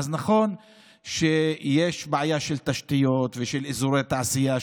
אז נכון שיש בעיה של תשתיות ושל אזורי תעשייה,